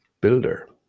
Builder